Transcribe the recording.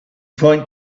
point